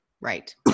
right